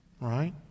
Right